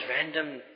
random